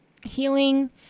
healing